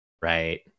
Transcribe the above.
Right